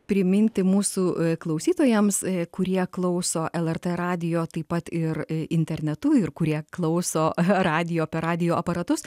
priminti mūsų klausytojams kurie klauso lrt radijo taip pat ir internetu ir kurie klauso radijo per radijo aparatus